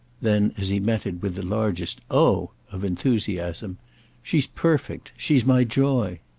then as he met it with the largest oh! of enthusiasm she's perfect. she's my joy.